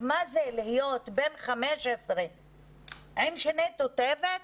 מה זה להיות בן 15 עם שיניים תותבות?